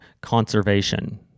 conservation